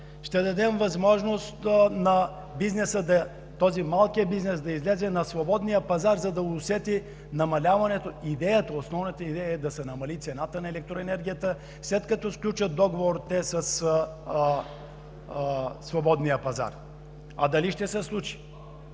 ще дадем възможност на малкия бизнес да излезе на свободния пазар, за да усети намаляването. Основната идея е да се намали цената на електроенергията, след като те сключат договор със свободния пазар. А дали ще се случи?